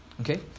Okay